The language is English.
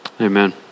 Amen